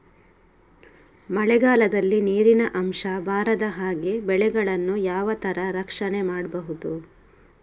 ಮಳೆಗಾಲದಲ್ಲಿ ನೀರಿನ ಅಂಶ ಬಾರದ ಹಾಗೆ ಬೆಳೆಗಳನ್ನು ಯಾವ ತರ ರಕ್ಷಣೆ ಮಾಡ್ಬಹುದು?